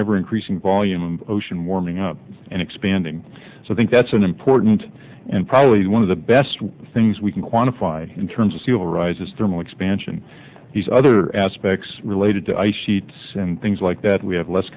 ever increasing volume of ocean warming up and expanding so that's an important and probably one of the best things we can quantify in terms of fuel rises thermal expansion these other aspects related to ice sheets and things like that we have less